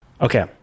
Okay